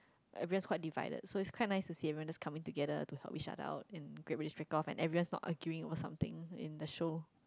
adverse quite divided so it's quite nice to see everyone is coming together to help each other out and greyish wreck off and adverse not arguing or something in the show